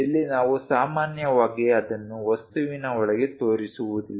ಇಲ್ಲಿ ನಾವು ಸಾಮಾನ್ಯವಾಗಿ ಅದನ್ನು ವಸ್ತುವಿನ ಒಳಗೆ ತೋರಿಸುವುದಿಲ್ಲ